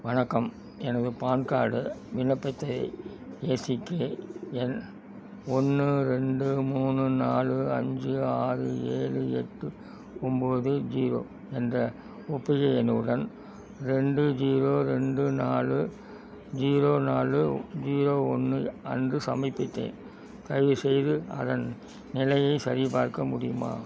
வணக்கம் எனது PAN card விண்ணப்பத்தை ஏ சி கே எண் ஒன்று ரெண்டு மூணு நாலு அஞ்சு ஆறு ஏழு எட்டு ஒம்போது ஜீரோ என்ற ஒப்புகை எண்ணுடன் ரெண்டு ஜீரோ ரெண்டு நாலு ஜீரோ நாலு ஜீரோ ஒன்று அன்று சமர்ப்பித்தேன் தயவுசெய்து அதன் நிலையைச் சரிபார்க்க முடியுமா